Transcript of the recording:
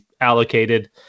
allocated